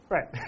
Right